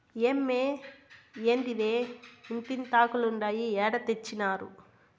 ఏమ్మే, ఏందిదే ఇంతింతాకులుండాయి ఏడ తెచ్చినారు